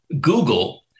Google